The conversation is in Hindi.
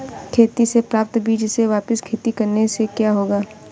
खेती से प्राप्त बीज से वापिस खेती करने से क्या होगा?